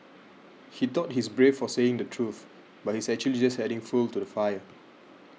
he thought he's brave for saying the truth but he's actually just adding fuel to the fire